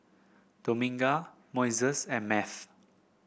Dominga Moises and Math